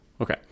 Okay